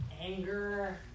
anger